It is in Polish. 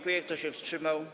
Kto się wstrzymał?